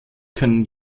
können